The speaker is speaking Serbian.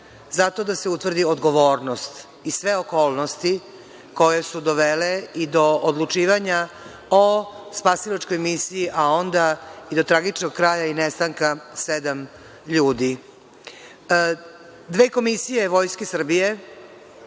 Zato da se utvrdi odgovornost i sve okolnosti koje su dovele i do odlučivanja o spasilačkoj misiji, a onda i do tragičnog kraja i nestanka sedam ljudi. Dve komisije Vojske Srbije